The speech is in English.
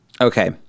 okay